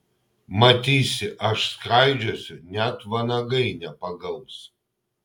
matysi aš skraidžiosiu net vanagai nepagaus